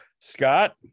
Scott